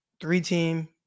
three-team